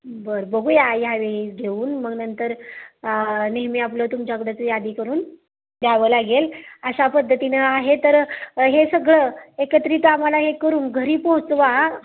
बरं बघू या ह्यावेळेस घेऊन मग नंतर नेहमी आपलं तुमच्याकडंच यादी करून द्यावं लागेल अशा पद्धतीनं आहे तर हे सगळं एकत्रित आम्हाला हे करून घरी पोहोचवा